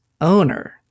owner